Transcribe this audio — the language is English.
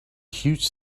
huge